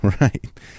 Right